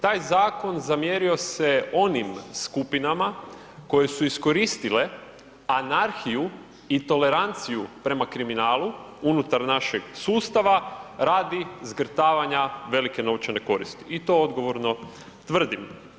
Taj zakon zamjerio se onim skupinama koje su iskoristile anarhiju i toleranciju prema kriminalu unutar našeg sustava radi zgrtavanja velike novčane koristi i to odgovorno tvrdim.